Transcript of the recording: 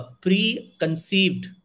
pre-conceived